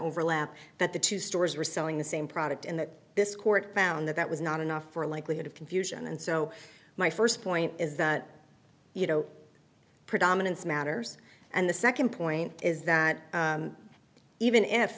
overlap that the two stores reselling the same product and that this court found that that was not enough for a likelihood of confusion and so my first point is that you know predominance matters and the second point is that even if